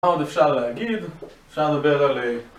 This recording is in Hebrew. מה עוד אפשר להגיד, אפשר לדבר על...